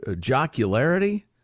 jocularity